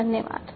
धन्यवाद